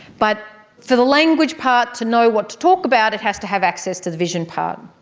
but for the language part to know what to talk about, it has to have access to the vision part.